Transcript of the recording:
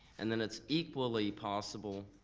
and then it's equally possible,